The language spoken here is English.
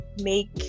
make